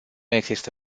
există